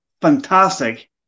fantastic